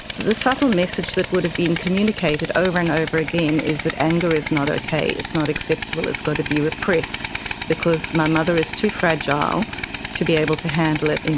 the subtle message that would have been communicated over and over again is that anger is not okay, it's not acceptable, it's got to be repressed because my mother is too fragile to be able to handle it, you